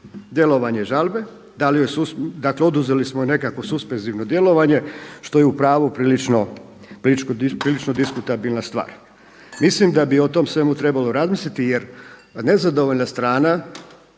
djelovanje žalbe, dakle oduzeli smo i nekakvo suspenzivno djelovanje što je u pravu prilično diskutabilna stvar. Mislim da bi o tome svemu trebalo razmisliti jer nezadovoljna strana